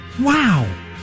wow